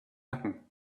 nacken